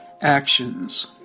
Actions